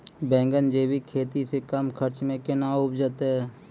बैंगन जैविक खेती से कम खर्च मे कैना उपजते?